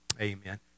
Amen